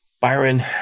Byron